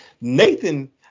Nathan